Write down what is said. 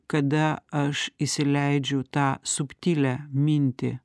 kada aš įsileidžiu tą subtilią mintį